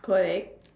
correct